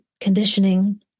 conditioning